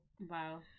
Wow